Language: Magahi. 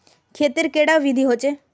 खेत तेर कैडा विधि होचे?